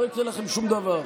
לא יקרה לכם שום דבר.